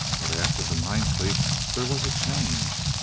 but after the ninth leap there was a change,